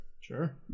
Sure